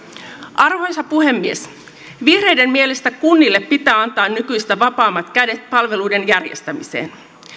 arvoisa puhemies vihreiden mielestä kunnille pitää antaa nykyistä vapaammat kädet palveluiden järjestämiseen